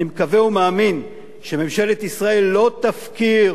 אני מקווה ומאמין שממשלת ישראל לא תפקיר